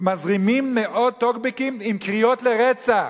מזרימים מאות טוקבקים עם קריאות לרצח,